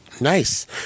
Nice